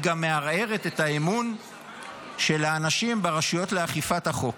היא גם מערערת את האמון של האנשים ברשויות אכיפת החוק.